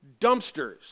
dumpsters